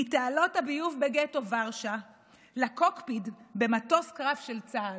מתעלות הביוב בגטו ורשה לקוקפיט במטוס קרב של צה"ל,